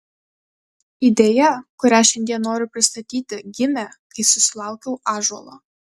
idėja kurią šiandien noriu pristatyti gimė kai susilaukiau ąžuolo